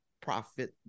profit